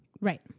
Right